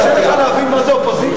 קשה לך להבין מה זה אופוזיציה?